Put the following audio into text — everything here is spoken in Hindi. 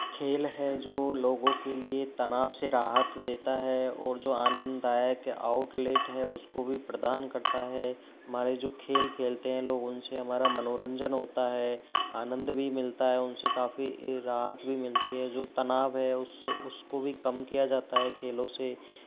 खेल है जो लोगों के लिए तनाव से राहत देता है और जो आनंदायक आउटलेट है उसको भी प्रदान करता है हमारे जो खेल खेलते हैं लोग उनसे हमारा मनोरंजन होता है आनंद भी मिलता है उनसे काफ़ी राहत भी मिलती है जो तनाव है उससे उसको भी कम किया जाता है खेलों से